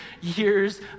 years